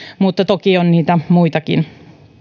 mutta toki on niitä muitakin